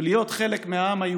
הבעיה?